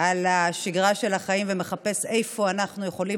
על השגרה של החיים ומחפש איפה אנחנו יכולים